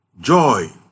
Joy